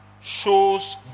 shows